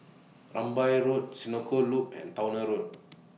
Rambai Road Senoko Loop and Towner Road